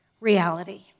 reality